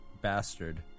bastard